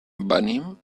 venim